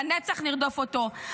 לנצח נרדוף אותו.